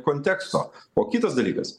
konteksto o kitas dalykas